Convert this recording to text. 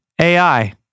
AI